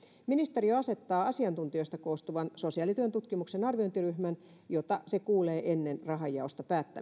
ministeriö asettaa asiantuntijoista koostuvan sosiaalityön tutkimuksen arviointiryhmän jota se kuulee ennen rahanjaosta päättämistä